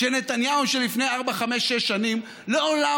שנתניהו של לפני ארבע-חמש-שש שנים לעולם